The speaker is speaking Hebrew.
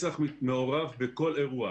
מצ"ח מעורב בכל אירוע.